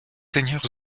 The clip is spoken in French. seigneurs